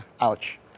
Ouch